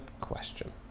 question